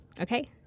Okay